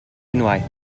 unwaith